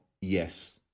yes